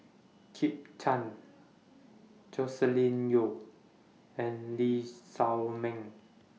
Kit Chan Joscelin Yeo and Lee Shao Meng